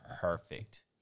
perfect